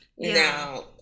Now